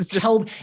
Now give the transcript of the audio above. Tell